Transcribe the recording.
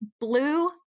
blue